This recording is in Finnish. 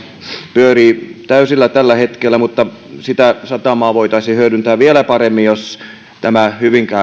pyörii täysillä tällä hetkellä mutta sitä satamaa voitaisiin hyödyntää vielä paremmin jos tämä